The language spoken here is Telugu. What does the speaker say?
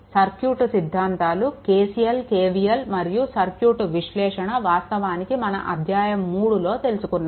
సర్క్యూట్ సిద్దంతాలు KCL KVL మరియు సర్క్యూట్ విశ్లేషణ వాస్తవానికి మనం అధ్యాయం 3లో తెలుసుకున్నాము